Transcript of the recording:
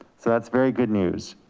so that's very good news.